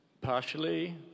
partially